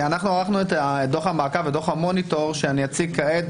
ערכנו את דוח המעקב שאני אציג כעת,